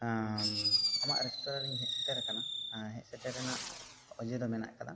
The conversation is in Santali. ᱟᱢᱟᱜ ᱨᱮᱥᱴᱚᱨᱮᱱᱴ ᱨᱮᱧ ᱦᱮᱡ ᱥᱮᱴᱮᱨ ᱟᱠᱟᱱᱟ ᱦᱮᱡ ᱥᱮᱴᱮᱨ ᱨᱮᱱᱟᱜ ᱚᱡᱮ ᱫᱚ ᱢᱮᱱᱟᱜ ᱟᱠᱟᱫᱟ